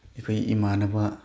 ꯑꯩꯈꯣꯏ ꯏꯃꯥꯟꯅꯕ